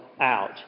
out